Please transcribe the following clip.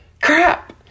Crap